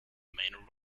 main